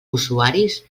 usuaris